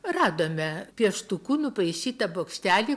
radome pieštuku nupaišytą bokštelį